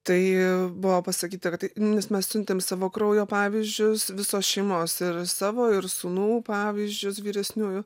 tai buvo pasakyta kad tai nes mes siuntėm savo kraujo pavyzdžius visos šeimos ir savo ir sūnų pavyzdžius vyresniųjų